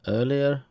earlier